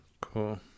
Cool